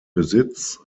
besitz